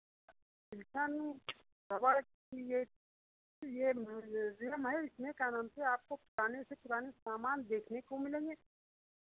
पिलसन रबड़ की ये तो ये एक म्यूज़ियम है इसमें क्या नाम से आपको पुराने से पुराने सामान देखने को मिलेंगे